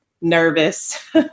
nervous